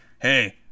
Hey